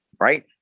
right